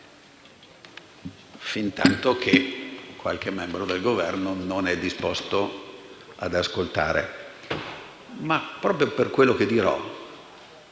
fintanto che qualche membro del Governo non fosse disposto ad ascoltare. Ma, proprio per quello che dirò,